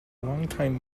longtime